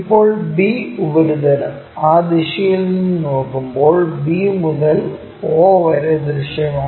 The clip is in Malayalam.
ഇപ്പോൾ b ഉപരിതലം ആ ദിശയിൽ നിന്ന് നോക്കുമ്പോൾ b മുതൽ o വരെ ദൃശ്യമാണ്